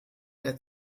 der